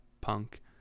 Punk